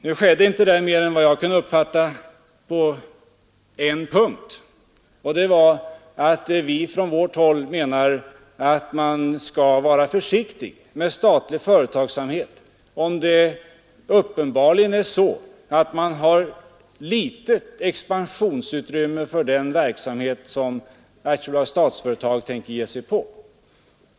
Efter vad jag kunde uppfatta tog herr Svanberg inte upp det liberala näringspolitiska programmet mer än på en punkt. Han sade att folkpartiet menar att man skall vara försiktig med statlig företagsamhet, om man uppenbarligen har litet expansionsutrymme för den verksamhet som Statsföretag AB tänker ge sig på.